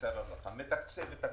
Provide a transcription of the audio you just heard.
את הקופות,